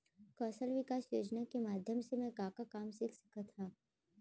कौशल विकास योजना के माधयम से मैं का का काम सीख सकत हव?